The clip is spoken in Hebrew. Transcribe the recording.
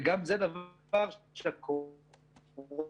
וגם זה דבר שהקורונה --- אסף,